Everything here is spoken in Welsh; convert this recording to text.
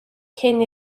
cyn